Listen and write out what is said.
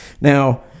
Now